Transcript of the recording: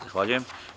Zahvaljujem.